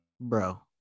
Bro